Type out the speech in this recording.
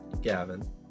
Gavin